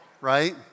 right